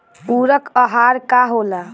पुरक अहार का होला?